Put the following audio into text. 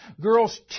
Girls